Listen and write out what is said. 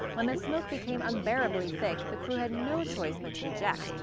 when the smoke became unbearably thick, the crew had no choice but to eject,